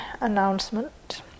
announcement